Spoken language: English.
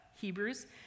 Hebrews